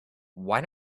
why